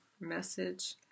message